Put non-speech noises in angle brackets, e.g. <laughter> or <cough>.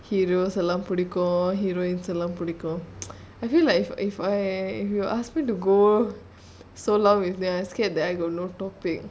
heroes எல்லாம்பிடிக்கும்:ellam pidikum heroines எல்லாம்பிடிக்கும்:ellam pidikum <noise> I feel like if if I if you ask me to go so long with them I scared that I got no topic